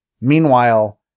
Meanwhile